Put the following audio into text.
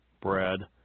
bread